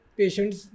patients